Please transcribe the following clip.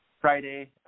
Friday